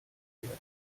werden